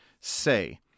say